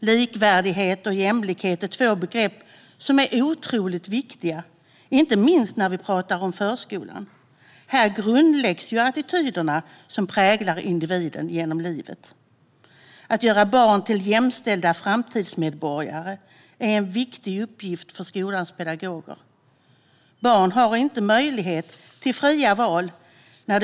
Likvärdighet och jämlikhet är två begrepp som är otroligt viktiga inte minst när vi pratar om förskolan. Här grundläggs attityderna som präglar individen genom livet. Att göra barn till jämställda framtidsmedborgare är en viktig uppgift för skolans pedagoger. Barn har inte möjlighet till fria val när